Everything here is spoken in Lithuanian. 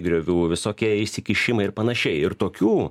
griovių visokie išsikišimai ir panašiai ir tokių